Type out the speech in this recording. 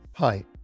Hi